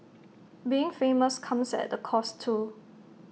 being famous comes at A cost too